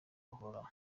buhoraho